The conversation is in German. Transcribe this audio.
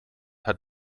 hat